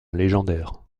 légendaires